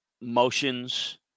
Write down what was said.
motions